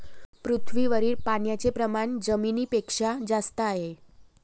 पृथ्वीवरील पाण्याचे प्रमाण जमिनीपेक्षा जास्त आहे